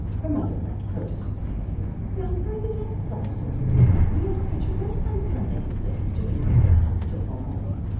her mother went, protesting faintly now, pearlie, don't fuss so for dinner. you ought to get your rest on sunday instead of stewing over a hot stove all morning.